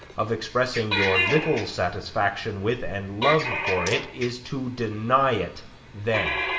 of expressing your little satisfaction with and love for it, is to deny it then.